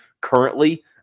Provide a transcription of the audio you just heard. currently